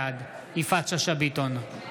בעד יפעת שאשא ביטון,